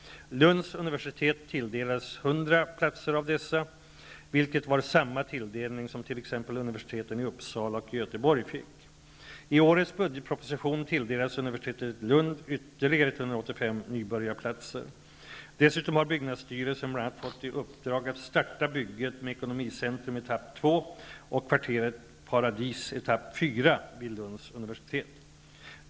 Lunds universitet tilldelades 100 platser av dessa, vilket var samma tilldelning som t.ex. universiteten i Lund ytterligare 185 nybörjarplatser. Dessutom har byggnadsstyrelsen bl.a. fått i uppdrag att starta bygget med Ekonomicentrum etapp 2 och kvarteret Paradis etapp 4 vid Lunds universitet.